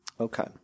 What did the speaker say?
Okay